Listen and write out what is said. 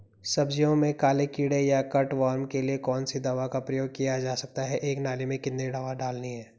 सब्जियों में काले कीड़े या कट वार्म के लिए कौन सी दवा का प्रयोग किया जा सकता है एक नाली में कितनी दवा डालनी है?